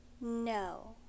no